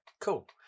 cool